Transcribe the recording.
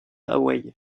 hawaï